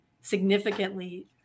significantly